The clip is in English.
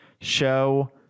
show